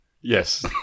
Yes